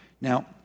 Now